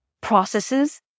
processes